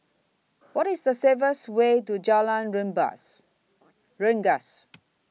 What IS The Way to Jalan Rengas Rendas